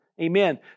Amen